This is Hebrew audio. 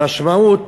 המשמעות,